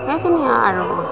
সেইখিনিয়ে আৰু